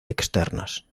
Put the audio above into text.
externas